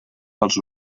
pels